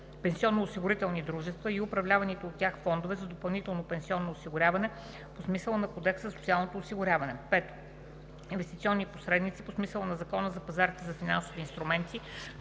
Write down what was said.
пенсионноосигурителни дружества и управляваните от тях фондове за допълнително пенсионно осигуряване по смисъла на Кодекса за социалното осигуряване; 5. инвестиционни посредници по смисъла на Закона за пазарите на финансови инструменти;